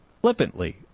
flippantly